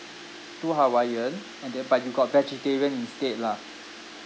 two hawaiian and then but you got vegetarian instead lah